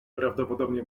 prawdopodobnie